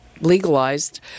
legalized